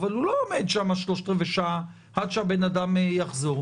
אבל הוא לא עומד שם שלושת-רבעי שעה עד שהבן אדם יחזור.